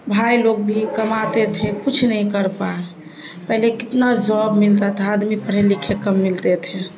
بھائی لوگ بھی کماتے تھے کچھ نہیں کر پائے پہلے کتنا جاب ملتا تھا آدمی پڑھے لکھے کم ملتے تھے